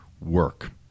work